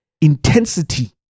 intensity